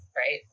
Right